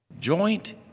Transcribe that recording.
Joint